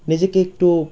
নিজেকে একটু